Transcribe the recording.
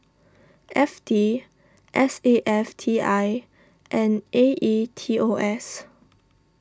F T S A F T I and A E T O S